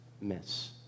miss